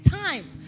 times